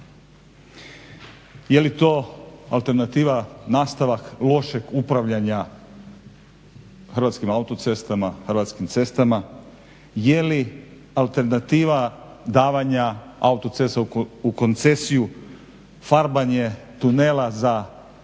Je li to alternativa nastavak lošeg upravljanja Hrvatskim autocestama, Hrvatskim cestama. Je li alternativa davanja autocesta u koncesiju farbanje tunela za